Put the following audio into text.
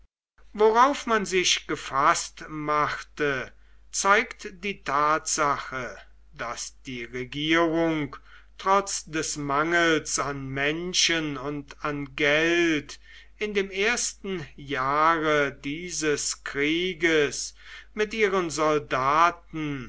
worauf man sich gefaßt machte zeigt die tatsache daß die regierung trotz des mangels an menschen und an geld in dem ersten jahre dieses krieges mit ihren soldaten